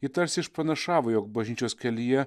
ji tarsi išpranašavo jog bažnyčios kelyje